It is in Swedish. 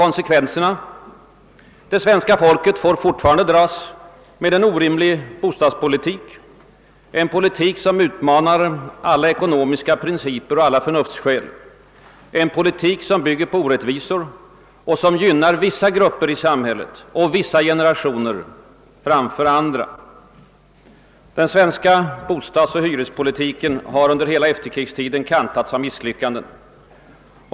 Konsekvensen blev att det svenska folket fortfarande får dras med en orimlig bostadspolitik — en politik som utmanar alla ekonomiska principer och alla förnuftsskäl, en politik som bygger på orättvisor och som gynnar vissa grupper i samhället och vissa generationer framför andra. Den svenska bostadsoch hyrespolitiken har under hela efterkrigstiden kantats av misslyckanden.